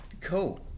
Cool